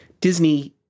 Disney